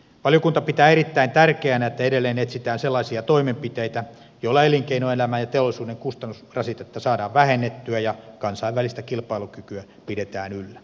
valiokunta pitää erittäin tärkeänä että edelleen etsitään sellaisia toimenpiteitä joilla elinkeinoelämän ja teollisuuden kustannusrasitetta saadaan vähennettyä ja kansainvälistä kilpailukykyä pidetään yllä